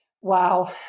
Wow